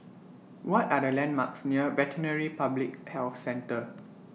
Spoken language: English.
What Are The landmarks near Veterinary Public Health Centre